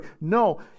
No